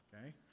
okay